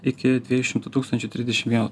iki dviejų šimtų tūkstančių trisdešim vieno